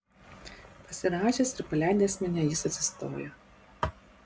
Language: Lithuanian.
pasirąžęs ir paleidęs mane jis atsistoja